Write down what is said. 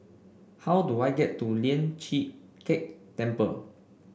how do I get to Lian Chee Kek Temple